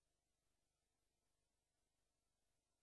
חברי הכנסת, יש שורה של הצעות לסדר-היום.